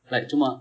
like சும்மா:summa